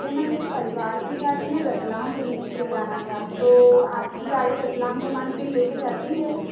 मुझे ना मेरे परिवार के साथ में रतलाम घूमने के लिए जाना था तो आपकी गाड़ी रतलाम घूमाने के लिए लेकर जाती है